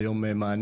זה יום מעניין,